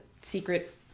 secret